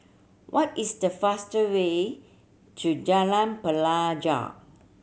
what is the faster way to Jalan Pelajau